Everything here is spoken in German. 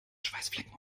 schweißflecken